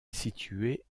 située